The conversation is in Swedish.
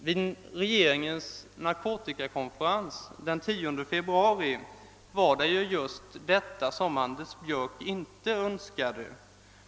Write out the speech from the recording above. Vid regeringens narkotikakonferens den 10 februari var det just detta som herr Björck inte önskade.